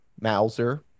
Mauser